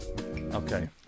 Okay